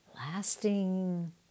lasting